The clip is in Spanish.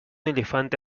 elefante